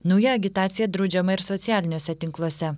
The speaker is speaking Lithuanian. nauja agitacija draudžiama ir socialiniuose tinkluose